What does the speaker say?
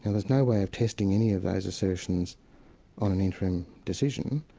and there's no way of testing any of those assertions on an interim decision,